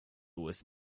was